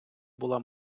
була